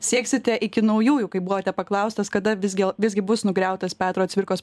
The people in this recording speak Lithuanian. sieksite iki naujųjų kai buvote paklaustas kada visgi visgi bus nugriautas petro cvirkos